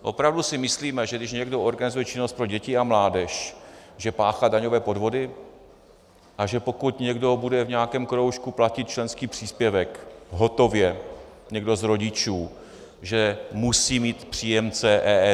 Opravdu si myslíme, že když někdo organizuje činnost pro děti a mládež, že páchá daňové podvody, a že pokud někdo bude v nějakém kroužku platit členský příspěvek hotově, někdo z rodičů, že musí mít příjemce EET?